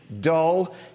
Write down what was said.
dull